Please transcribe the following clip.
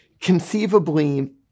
conceivably